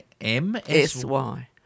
M-S-Y